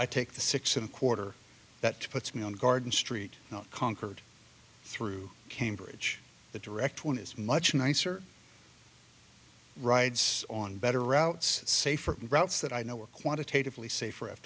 i take the six and a quarter that puts me on guard street concord through cambridge the direct one is much nicer rides on better routes safer routes that i know are quantitatively safer